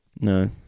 No